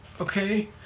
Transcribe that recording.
Okay